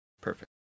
Perfect